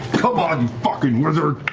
come on you fucking wizard.